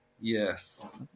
Yes